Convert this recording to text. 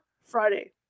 Friday